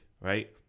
right